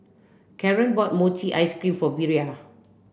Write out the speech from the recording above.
Karren bought Mochi Ice Cream for Bria